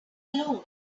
alone